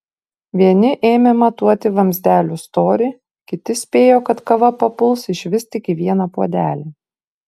vieni ėmė matuoti vamzdelių storį kiti spėjo kad kava papuls išvis tik į vieną puodelį